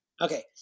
Okay